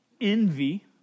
envy